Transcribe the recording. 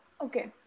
Okay